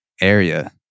area